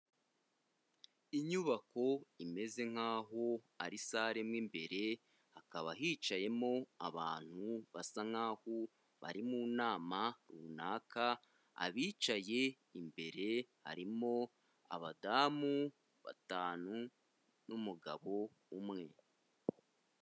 Inyubako imeze nkaho ari sale mo imbere, hakaba hicayemo abantu basa nkaho bari mu nama runaka, abicaye imbere harimo abadamu batanu n'umugabo umwe.